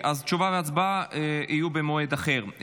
אז תשובה והצבעה במועד אחר.